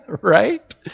right